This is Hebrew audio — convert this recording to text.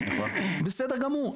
בסדר גמור,